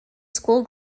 school